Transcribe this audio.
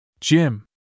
Jim